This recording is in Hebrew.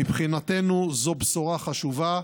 מבחינתנו זו בשורה חשובה.